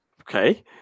Okay